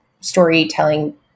storytelling